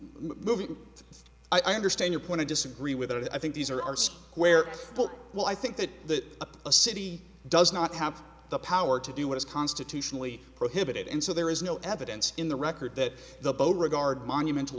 and i understand your point i disagree with that i think these are our square foot well i think that a city does not have the power to do what is constitutionally prohibited and so there is no evidence in the record that the boat regard monumental